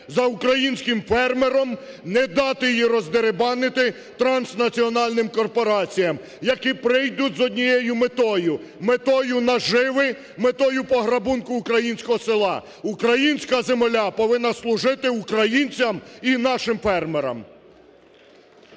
за українським фермером, не дати її роздерибанити транснаціональним корпораціям, які прийдуть з однією метою – метою наживи, метою пограбунку українського села. Українська земля повинна служити українцям і нашим фермерам.